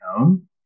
own